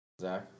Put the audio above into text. Zach